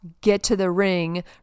get-to-the-ring